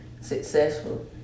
successful